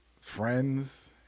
friends